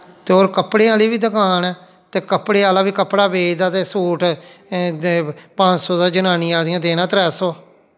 ते होर कपड़ें आह्ली बी दकान ऐ ते कपड़े आह्ला बी कपड़ा बेचदा ते सूट पंज सौ दा जनानियां आखदियां देना त्रै सौ